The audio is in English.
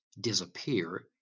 disappear